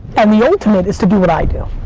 and the ultimate is to do what i do.